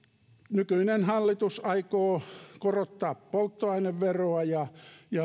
nykyinen hallitus aikoo korottaa polttoaineveroa ja